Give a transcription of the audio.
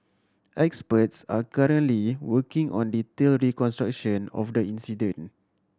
experts are currently working on detailed reconstruction of the incident